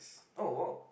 oh !wow!